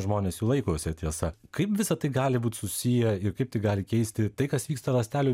žmonės jų laikosi tiesa kaip visa tai gali būt susiję ir kaip tai gali keisti tai kas vyksta ląstelių